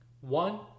One